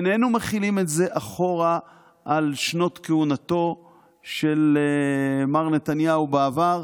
איננו מחילים את זה אחורה על שנות כהונתו של מר נתניהו בעבר.